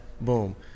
Boom